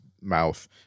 mouth